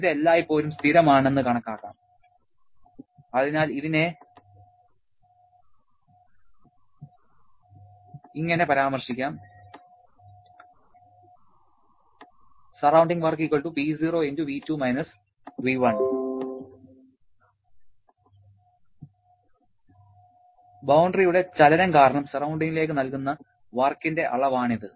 ഇത് എല്ലായ്പ്പോഴും സ്ഥിരമാണെന്ന്കണക്കാക്കാം അതിനാൽ ഇതിനെ ഇങ്ങനെ പരാമർശിക്കാം Surrounding work Po V2 − V1 ബൌണ്ടറിയുടെ ചലനം കാരണം സറൌണ്ടിങ്ങിലേക്ക് നല്കുന്ന വർക്കിന്റെ അളവാണിത്